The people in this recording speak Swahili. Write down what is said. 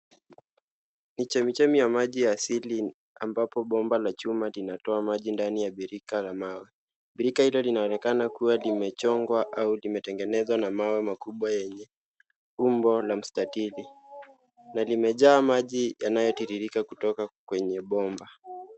Ni chemichemi ya maji ya asili ambapo bomba la chuma linatoa maji ndani ya birika la mawe. Birika hilo linaonekana kuwa limechongwa au limetengenezwa na mawe makubwa yenye umbo la mstatili na limejaa maji yanayotiririka kutoka kwenye bomba.